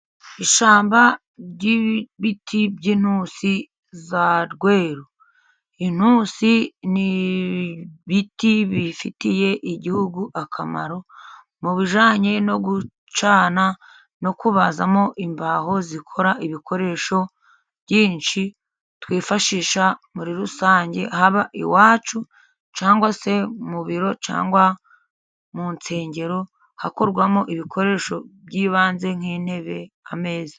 Ishyamba ry'ibiti by'intusi za rweru, intusi n'ibiti bifitiye igihugu akamaro, mu bijyanye no gucana, no kubazamo imbaho zikora ibikoresho byinshi twifashisha muri rusange, haba iwacu cyangwa se mu biro cyangwa mu nsengero, hakorwamo ibikoresho by'ibanze nk'intebe, ameza.